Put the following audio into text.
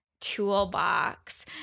toolbox